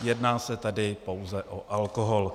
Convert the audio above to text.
Jedná se tedy pouze o alkohol.